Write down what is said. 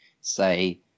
say